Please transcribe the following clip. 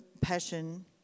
Passion